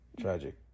Tragic